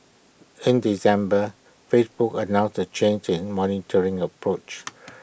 in December Facebook announced A changing monitoring approach